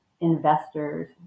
investors